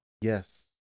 Yes